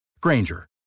Granger